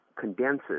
condenses